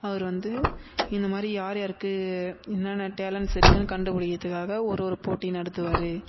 அவர் வந்து இந்த மாதிரி யாரு யாருக்கு என்னென்னா டேலண்ட்ஸ் இருக்குதுன்னு கண்டுபிடிக்கிறதுக்காக ஒரு ஒரு போட்டி நடத்துவார்